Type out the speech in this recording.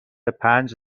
پنج